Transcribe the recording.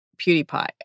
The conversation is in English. PewDiePie